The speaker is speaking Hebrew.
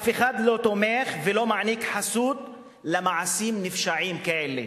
אף אחד לא תומך ולא מעניק חסות למעשים נפשעים כאלה.